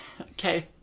Okay